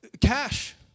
cash